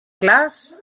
clars